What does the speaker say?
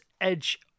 Edge